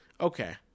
okay